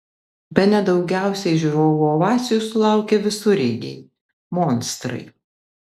bene daugiausiai žiūrovų ovacijų sulaukė visureigiai monstrai